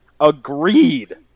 Agreed